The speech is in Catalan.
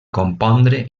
compondre